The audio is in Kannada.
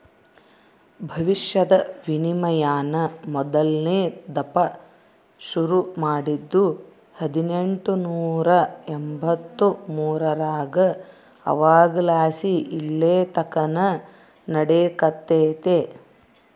ಭವಿಷ್ಯದ ವಿನಿಮಯಾನ ಮೊದಲ್ನೇ ದಪ್ಪ ಶುರು ಮಾಡಿದ್ದು ಹದಿನೆಂಟುನೂರ ಎಂಬಂತ್ತು ಮೂರರಾಗ ಅವಾಗಲಾಸಿ ಇಲ್ಲೆತಕನ ನಡೆಕತ್ತೆತೆ